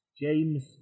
James